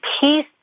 peace